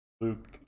Luke